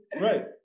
Right